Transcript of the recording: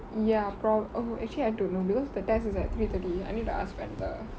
ya prob~ actually I don't know because the test is at three thirty I need to ask friends lah